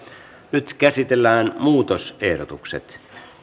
nyt käsitellään muutosehdotukset